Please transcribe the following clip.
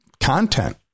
content